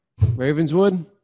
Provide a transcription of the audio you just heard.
Ravenswood